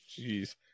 Jeez